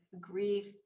grief